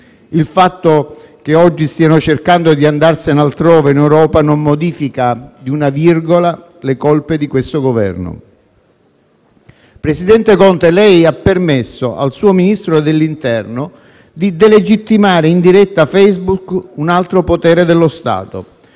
Il fatto che oggi stiano cercando di andarsene altrove in Europa non modifica di una virgola le colpe di questo Governo. Presidente Conte, lei ha permesso al suo Ministero dell'interno di delegittimare in diretta Facebook un altro potere dello Stato,